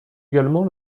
également